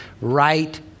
right